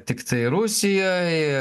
tiktai rusijoj